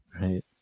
Right